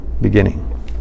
beginning